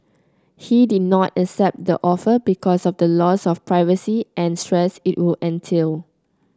he did not accept the offer because of the loss of privacy and stress it would entail